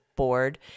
board